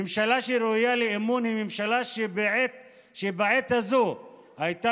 ממשלה שראויה לאמון היא ממשלה שבעת הזאת הייתה